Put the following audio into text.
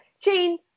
Jane